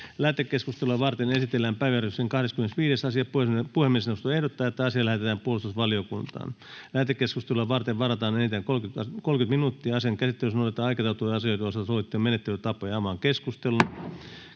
Lähetekeskustelua varten esitellään päiväjärjestyksen 12. asia. Puhemiesneuvosto ehdottaa, että asia lähetetään sosiaali- ja terveysvaliokuntaan. Lähetekeskusteluun varataan enintään 30 minuuttia. Asian käsittelyssä noudatetaan aikataulutettujen asioiden osalta sovittuja menettelytapoja. — Avaan keskustelun.